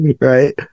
right